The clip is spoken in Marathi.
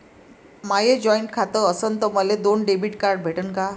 माय जॉईंट खातं असन तर मले दोन डेबिट कार्ड भेटन का?